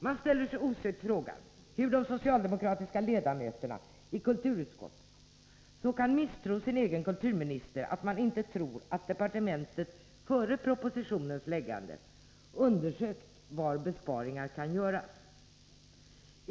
Man ställer sig osökt frågan hur de socialdemokratiska ledamöterna i kulturutskottet så kan misstro sin egen kulturminister att de inte tror att departementet före framläggandet av propositionen undersökt var besparingar kan göras.